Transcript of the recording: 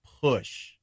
push